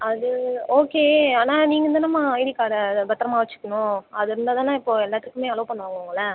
அது ஓகே ஆனால் நீங்கள் தானேம்மா ஐடி கார்டை பத்திரமா வச்சுக்கணும் அது இருந்தால் தானே இப்போது எல்லாத்துக்குமே அலோ பண்ணுவாங்க உங்களை